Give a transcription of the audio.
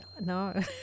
no